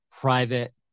private